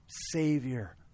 Savior